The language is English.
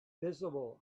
visible